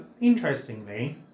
Interestingly